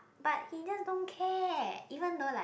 but he just don't care even though like